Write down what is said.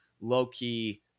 low-key